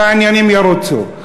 שהעניינים ירוצו.